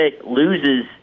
loses –